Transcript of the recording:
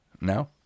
no